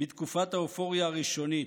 בתקופת האופוריה הראשונית,